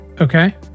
Okay